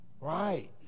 Right